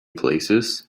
places